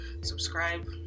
subscribe